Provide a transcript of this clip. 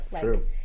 true